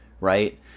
right